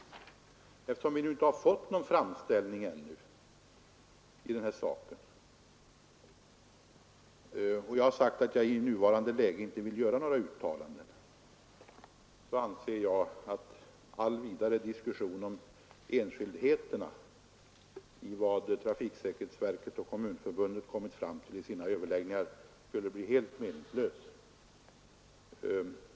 Men eftersom vi inte fått någon framställning i denna sak och jag har sagt att jag i nuvarande läge inte vill göra några uttalanden, anser jag att all vidare diskussion om enskildheterna i vad trafiksäkerhetsverket och Kommunförbundet kommit fram till i sina överläggningar skulle bli helt meningslös.